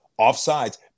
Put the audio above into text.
Offsides